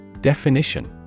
Definition